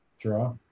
Draw